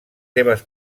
seves